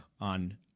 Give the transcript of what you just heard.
on